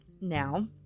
Now